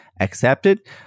accepted